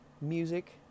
music